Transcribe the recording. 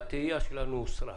התהייה שלנו הוסרה.